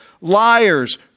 Liars